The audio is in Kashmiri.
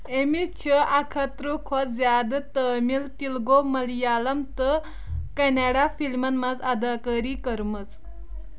أمہِ چھِ اکھ ہَتھ ترٕہ کھۄتہٕ زیادٕ تامِل، تیٚلگوٗ، ملیالَم تہٕ کنٛنَڑ فِلمن منٛز اَداکٲری کٔرمٕژ